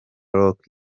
rock